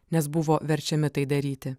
nes buvo verčiami tai daryti